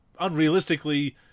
unrealistically